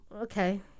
okay